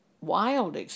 wild